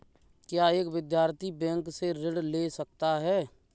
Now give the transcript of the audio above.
क्या एक विद्यार्थी बैंक से ऋण ले सकता है?